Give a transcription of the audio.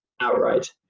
outright